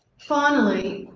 finally